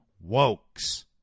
woke's